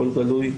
הכול גלוי,